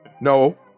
No